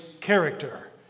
character